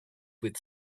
with